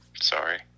sorry